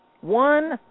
One